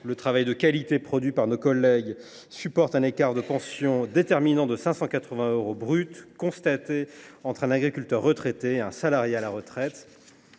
au travail de qualité réalisé par nos collègues, qu’il existait un écart de pension déterminant – 580 euros brut par mois – entre un agriculteur retraité et un salarié à la retraite.